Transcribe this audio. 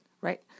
right